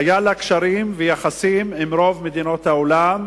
היו לה קשרים ויחסים עם רוב מדינות העולם,